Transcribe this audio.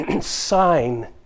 sign